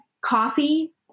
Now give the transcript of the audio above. coffee